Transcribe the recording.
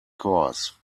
course